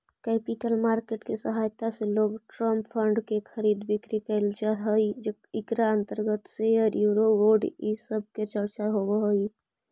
capital market के सहायता से लोंग टर्म फंड के खरीद बिक्री कैल जा हई इकरा अंतर्गत शेयर यूरो बोंड इ सब के चर्चा होवऽ हई